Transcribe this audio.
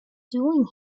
doing